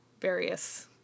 various